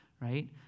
right